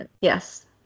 yes